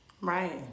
Right